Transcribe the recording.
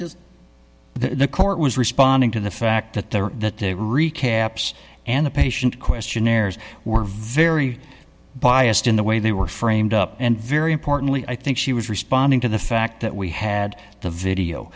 that the court was responding to the fact that they were that they were recaps and the patient questionnaires were very biased in the way they were framed up and very importantly i think she was responding to the fact that we had the video